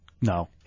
No